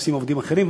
מחפשים עובדים אחרים,